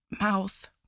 mouth